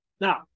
Now